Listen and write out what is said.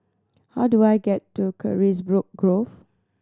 how do I get to Carisbrooke Grove